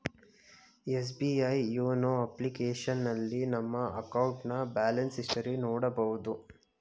SBI YONO ಅಪ್ಲಿಕೇಶನ್ನಲ್ಲಿ ನಮ್ಮ ಅಕೌಂಟ್ನ ಬ್ಯಾಲೆನ್ಸ್ ಹಿಸ್ಟರಿ ನೋಡಬೋದು